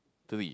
three